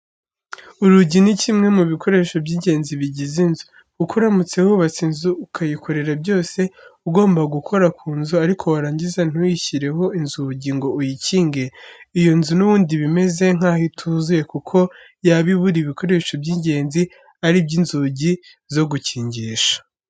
Urugi ni kimwe mu bikoresho by'ingenzi bigize inzu, kuko uramutse wubatse inzu ukayikorera byose ugomba gukora ku nzu ariko warangiza ntuyishyireho inzugi ngo uyikinge, iyo nzu n'ubundi iba imeze nkaho ituzuye, kuko yaba ibura ibikoresho by'ingenzi ari byo nzugi zo gukingisha.